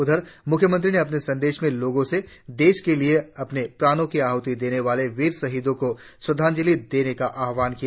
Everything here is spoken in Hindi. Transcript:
उधर मुख्यमंत्री ने अपने संदेश में लोगों से देश के लिए अपने प्राणों की आहुती देने वाले वीर शहीदों को श्रद्धांजलि देने का आह्वान किया